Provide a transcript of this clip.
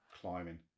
climbing